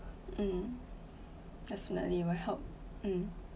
mm definitely will help mm